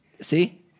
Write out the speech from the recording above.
See